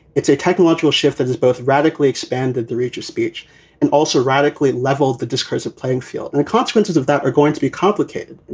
it's a technological shift that is both radically expanded the reach of speech and also radically level the discursive playing field. and the consequences of that are going to be complicated.